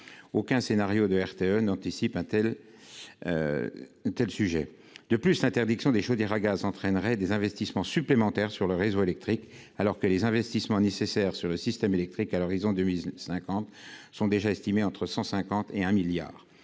Aucun scénario de RTE n'anticipe une telle situation. De plus, l'interdiction des chaudières au gaz exigerait des investissements supplémentaires sur le réseau électrique, alors que les investissements nécessaires sur le système électrique à l'horizon de 2050 sont déjà estimés entre 750 milliards